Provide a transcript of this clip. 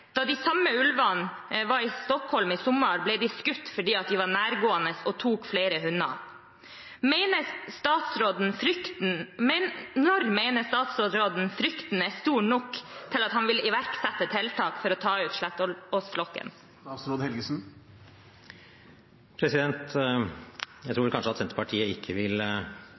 Da ulver fra samme flokk var i Stockholm i sommer, ble de skutt fordi de var nærgående og tok flere hunder. Når mener statsråden frykten er stor nok til at han vil iverksette tiltak for å ta ut Slettås-flokken? Jeg tror vel kanskje at Senterpartiet ikke vil